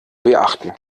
beachten